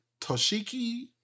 Toshiki